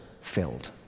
filled